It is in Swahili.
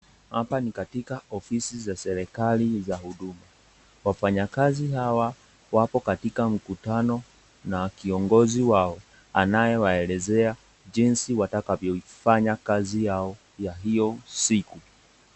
Hapa ni katika ofisi za serikali za huduma. Wafanyikazi hawa wako katika mkutano na viongozi wao anayewaelezea jinsi watakavyoifanya kazi yao ya hiyo siku.